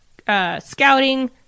scouting